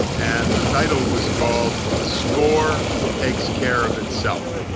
and the title was called the score takes care of itself.